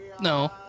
No